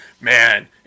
man